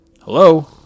Hello